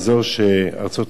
והרבה גורמים בין-לאומיים,